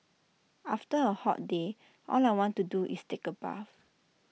after A hot day all I want to do is take A bath